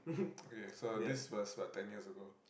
okay so this was about ten years ago